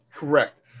Correct